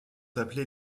appelés